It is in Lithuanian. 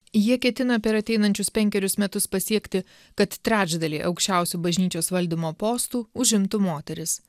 jie ketina per ateinančius penkerius metus pasiekti kad trečdalį aukščiausių bažnyčios valdymo postų užimtų moterys